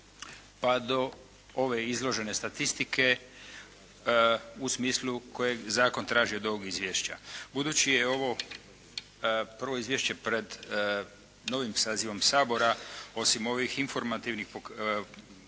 pa do ove izložene statistike u smislu kojeg zakon traži od ovog izvješća. Budući je ovo prvo izvješće pred novim sazivom Sabora, osim ovih informativnih podataka